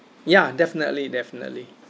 ya definitely definitely